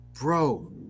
bro